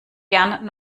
gern